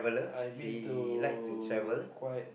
I been to quite